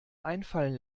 einfallen